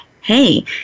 Hey